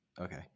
Okay